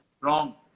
Wrong